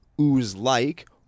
ooze-like